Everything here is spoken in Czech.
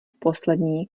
poslední